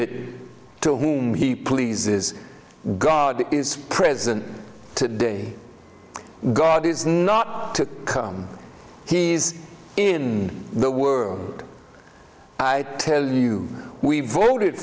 it to whom he pleases god is present today god is not to come he is in the world i tell you we voted